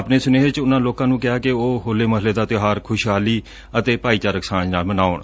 ਆਪਣੇ ਸੁਨੇਹੇ ਚ ਉਨਾਂ ਲੋਕਾਂ ਨੰ ਕਿਹਾ ਕਿ ਉਹ ਹੋਲੇ ਮਹੱਲੇ ਦਾ ਤਿਉਹਾਰ ਖੁਸ਼ਹਾਲੀ ਅਤੇ ਭਾਈਚਾਰਕ ਸਾਂਝ ਨਾਲ ਮਨਾਉਣ